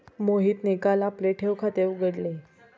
मोहितने काल आपले ठेव खाते उघडले